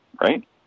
right